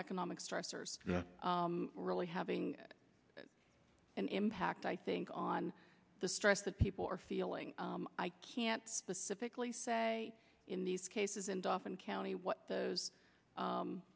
economic stressors really having an impact i think on the stress that people are feeling i can't specifically say in these cases and often county what those